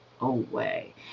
away